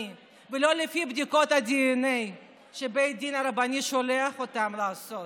ולא לפי בדיקות הדנ"א שבתי הדין הרבניים שולחים אותם לעשות.